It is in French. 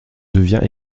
devient